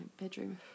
bedroom